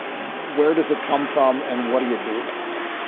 where does it come from and what do you do about it?